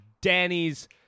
Danny's